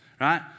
right